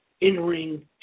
in-ring